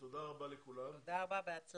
תודה רבה לכולם ולהשתמע.